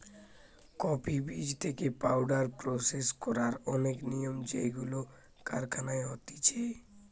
coffee বীজ থেকে powder process করার অনেক নিয়ম যেইগুলো কারখানায় হতিছে